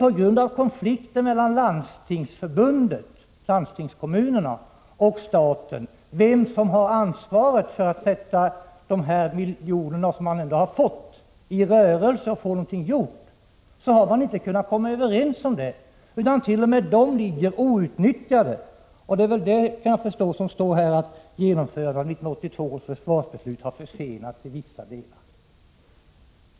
På grund av konflikter mellan Landstingsförbundet, dvs. landstingskommunerna, och staten om vem som har ansvaret för att sätta i rörelse de miljoner som man trots allt har fått och göra något på detta område ligger t.o.m. dessa medel outnyttjade. Det är väl detta som åsyftas med uttalandet om att 1982 års försvarsbeslut har försenats i vissa delar.